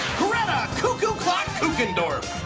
greta cuckoo clock kukendorf!